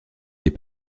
des